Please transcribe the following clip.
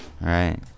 Right